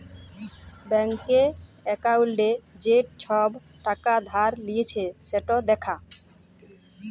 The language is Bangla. ব্যাংকে একাউল্টে যে ছব টাকা ধার লিঁয়েছে সেট দ্যাখা